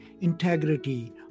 Integrity